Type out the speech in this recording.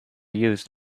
used